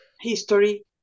history